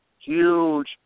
huge